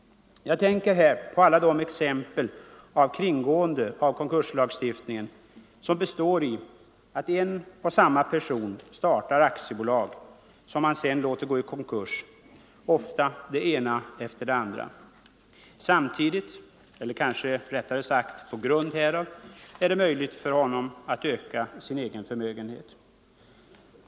Jag tänker här på alla de exempel med kringgående av konkurslagstiftningen som består i att en och samma person startar aktiebolag som man sedan låter gå i konkurs, ofta det ena efter det andra. Samtidigt, eller kanske rättare sagt på grund härav, är det möjligt för honom att öka sin egen förmögenhet.